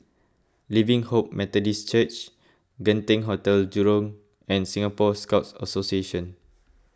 Living Hope Methodist Church Genting Hotel Jurong and Singapore Scout Association